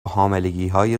حاملگیهای